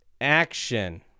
action